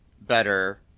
better